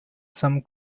some